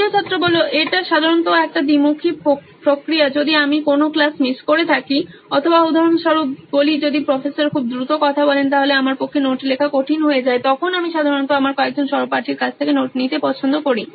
দ্বিতীয় ছাত্র এটা সাধারণত একটি দ্বিমুখী প্রক্রিয়া যদি আমি কোনো ক্লাস মিস করে থাকি অথবা উদাহরণস্বরূপ বলি যদি প্রফেসর খুব দ্রুত কথা বলেন তাহলে আমার পক্ষে নোট লেখা কঠিন হয়ে যায় তখন আমি সাধারণত আমার কয়েকজন সহপাঠীর কাছ থেকে নোট নিতে পছন্দ করি